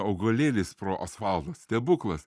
augalėlis pro asfaltą stebuklas